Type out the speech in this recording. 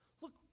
Look